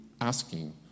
asking